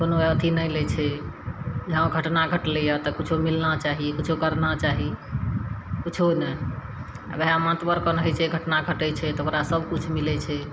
कोनो अथी नहि लै छै हाँ घटना घटलैए तऽ मिलना चाही कुछो करना चाही कुछो नहि आओर ओहे महतबर कन हइ छै घटना घटय छै तऽ ओकरा सभकिछु मिलय छै